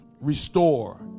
Restore